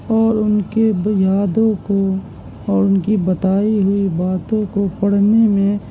اور ان کے یادوں کو اور ان کی بتائی ہوئی باتوں کو پڑھنے میں